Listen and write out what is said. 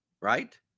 Right